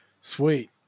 Sweet